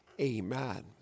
Amen